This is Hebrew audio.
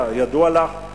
כידוע לך,